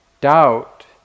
doubt